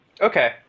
Okay